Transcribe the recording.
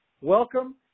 welcome